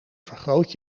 vergroot